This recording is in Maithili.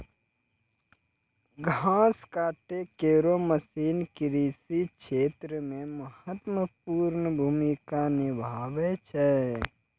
घास काटै केरो मसीन कृषि क्षेत्र मे महत्वपूर्ण भूमिका निभावै छै